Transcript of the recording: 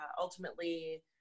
ultimately